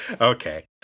Okay